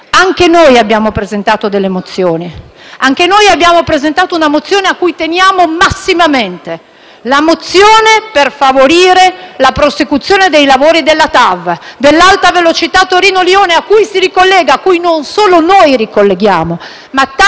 Anche noi abbiamo presentato delle mozioni. Anche noi abbiamo presentato una mozione a cui teniamo massimamente: la mozione per favorire la prosecuzione dei lavori della TAV, dell'Alta velocità Torino-Lione, a cui non solo noi, ma tante